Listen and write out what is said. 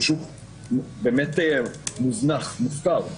מוזנח ומופקר,